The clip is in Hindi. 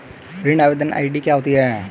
ऋण आवेदन आई.डी क्या होती है?